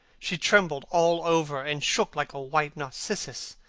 she trembled all over and shook like a white narcissus.